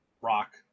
rock